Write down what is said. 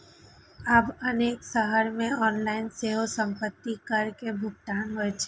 आब अनेक शहर मे ऑनलाइन सेहो संपत्ति कर के भुगतान होइ छै